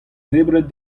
debret